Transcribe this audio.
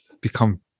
become